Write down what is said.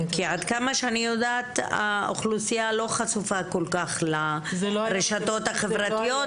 כי עד כמה שאני יודעת האוכלוסיה לא חשופה כל כך לרשתות החברתיות,